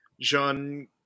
Jean